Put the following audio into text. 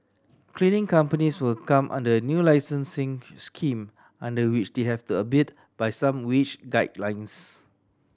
cleaning companies will come under a new licensing scheme under which they have the abide by some wage guidelines